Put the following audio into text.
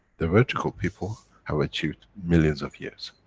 the vertical people have achieved millions of years.